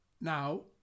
now